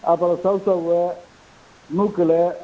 அப்புறம் சௌசௌ நூக்கோலு